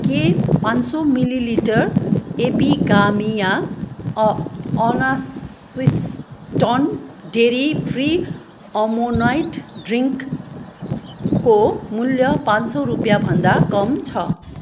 के पाँच सौ millilitre Epigamia unsweetened dairy free almond ड्रिङ्कको मूल्य पान सौ रुपियाँ भन्दा कम छ